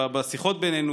משיחות בינינו,